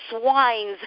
swine's